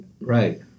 Right